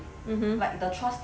mmhmm